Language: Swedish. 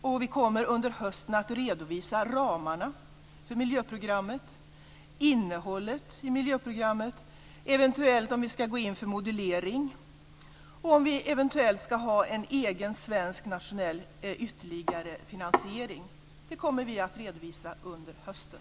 Under hösten kommer vi att redovisa ramarna för miljöprogrammet, innehållet i miljöprogrammet, om vi eventuellt ska gå in för modulering och om vi eventuellt ska ha en egen svensk nationell ytterligare finansiering. Vi kommer att redovisa detta under hösten.